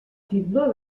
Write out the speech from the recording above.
fibló